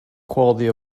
quality